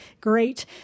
great